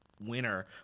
winner